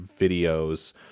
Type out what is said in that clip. videos